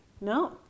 No